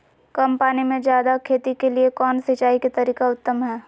कम पानी में जयादे खेती के लिए कौन सिंचाई के तरीका उत्तम है?